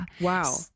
Wow